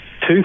two